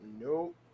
Nope